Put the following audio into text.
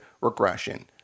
regression